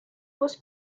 was